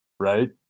Right